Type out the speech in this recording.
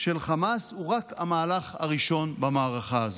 של חמאס הוא רק המהלך הראשון במערכה הזאת.